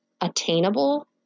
attainable